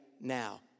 now